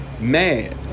mad